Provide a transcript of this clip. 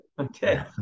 Okay